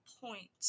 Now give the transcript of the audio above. point